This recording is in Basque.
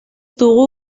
dugu